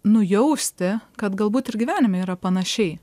nujausti kad galbūt ir gyvenime yra panašiai